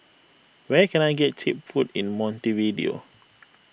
where can I get Cheap Food in Montevideo